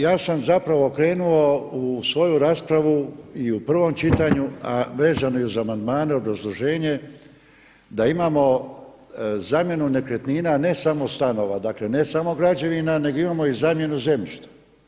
Ja sam zapravo krenuo u svoju raspravu i u prvom čitanju, a vezano i za amandmane obrazloženje da imamo zamjenu nekretnina ne samo stanova, dakle ne samo građevina nego imamo i zamjenu zemljišta.